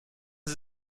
sie